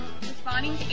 responding